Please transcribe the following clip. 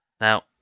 Now